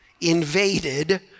invaded